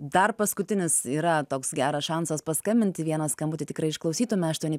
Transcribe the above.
dar paskutinis yra toks geras šansas paskambinti į vieną skambutį tikrai išklausytumėme aštuoni